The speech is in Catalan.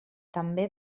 també